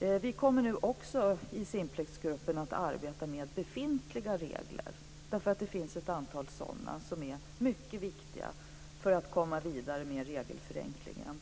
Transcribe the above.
Vi kommer nu också i Simplexgruppen att arbeta med befintliga regler, för det finns ett antal sådana som är mycket viktiga för att komma vidare med regelförenklingen.